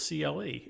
CLE